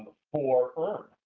for earn.